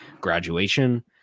graduation